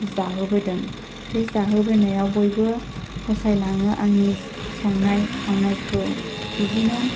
जाहोबोदों बे जाहोबोनायाव बयबो फसायलाङो आंनि संनाय खावनायखौ बिदिनो